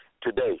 today